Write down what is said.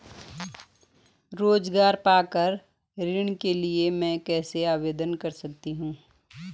रोज़गार परक ऋण के लिए मैं कैसे आवेदन कर सकतीं हूँ?